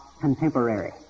contemporary